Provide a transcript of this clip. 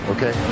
Okay